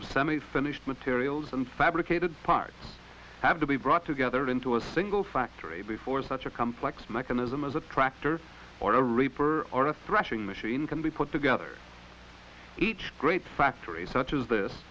of semi finished materials and fabricated parts have to be brought together into a single factory before such a complex mechanism as a tractor or a reaper or a threshing machine can be put together each great factory such as this